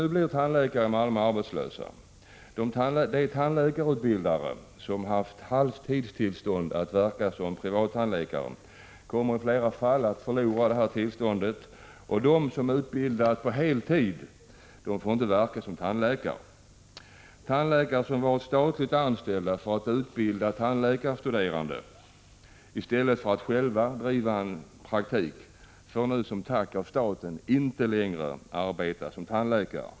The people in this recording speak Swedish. Nu blir tandläkare i Malmö arbetslösa. De tandläkarutbildare som haft halvtidstillstånd att verka som privattandläkare kommer i flera fall att förlora tillståndet, och de som utbildat på heltid får inte verka som tandläkare. Tandläkare som varit statligt anställda för att utbilda tandläkarstuderande i stället för att själva driva en praktik får alltså nu som tack av staten inte längre arbeta som tandläkare.